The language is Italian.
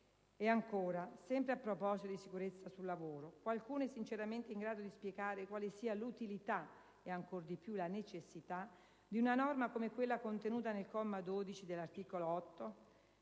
E ancora, sempre a proposito di sicurezza sul lavoro, qualcuno è sinceramente in grado di spiegare quale sia l'utilità (e ancor di più la necessità) di una norma come quella contenuta nel comma 12 dell'articolo 8?